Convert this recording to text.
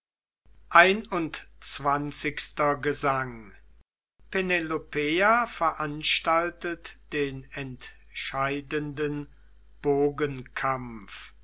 xxi gesang penelopeia veranstaltet den entscheidenden bogenkampf